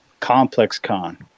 ComplexCon